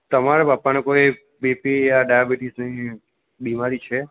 તમારા પપ્પાને કોઈ બી પી યા ડાયાબીટીસ જેવી બીમારી છે